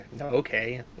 okay